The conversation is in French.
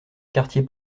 quartier